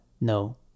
no